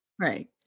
Right